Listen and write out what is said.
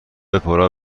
اپرا